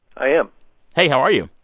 i am hey. how are you?